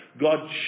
God